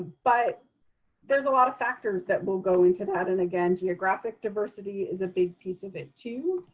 but there's a lot of factors that will go into that. and again, geographic diversity is a big piece of it too.